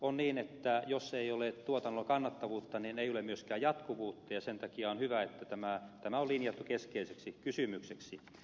on niin että jos ei ole tuotannolla kannattavuutta niin ei ole myöskään jatkuvuutta ja sen takia on hyvä että tämä on linjattu keskeiseksi kysymykseksi